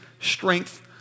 strength